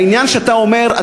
העניין שאתה אומר,